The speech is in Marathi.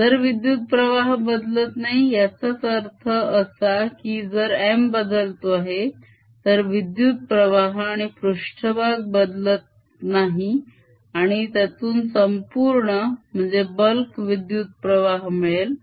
जर विद्युत्प्रवाह बदलत नाही याचाच अर्थ असा की जर M बदलतो आहे तर विद्युत्प्रवाह आणि पृष्ठभाग बदलत नाही आणि त्यातून संपूर्ण विद्युत्प्रवाह मिळेल